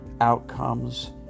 outcomes